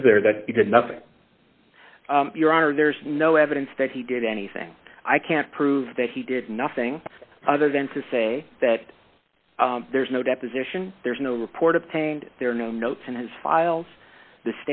is there that he did nothing your honor there's no evidence that he did anything i can't prove that he did nothing other than to say that there's no deposition there's no report obtained there are no notes in his files the